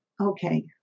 Okay